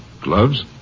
Gloves